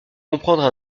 comprendre